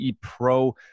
Pro